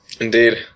Indeed